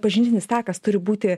pažintinis takas turi būti